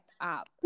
up